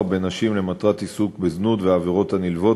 בנשים למטרת עיסוק בזנות והעבירות הנלוות,